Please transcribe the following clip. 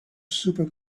super